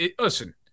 listen